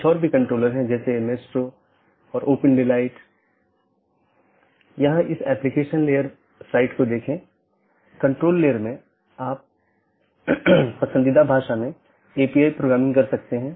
BGP के संबंध में मार्ग रूट और रास्ते पाथ एक रूट गंतव्य के लिए पथ का वर्णन करने वाले विशेषताओं के संग्रह के साथ एक गंतव्य NLRI प्रारूप द्वारा निर्दिष्ट गंतव्य को जोड़ता है